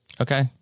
Okay